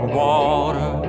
water